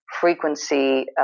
frequency